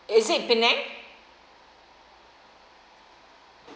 is it penang